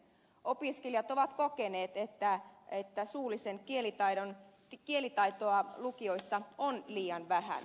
opiskelijat ovat kokeneet että suullisen kielitaidon opiskelua lukioissa on liian vähän